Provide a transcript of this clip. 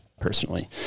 personally